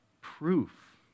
proof